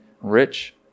rich